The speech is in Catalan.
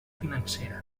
financera